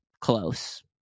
close